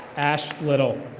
ash little.